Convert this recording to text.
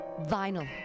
vinyl